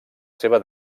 seva